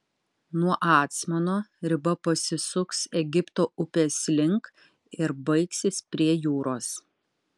nuo acmono riba pasisuks egipto upės link ir baigsis prie jūros